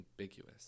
ambiguous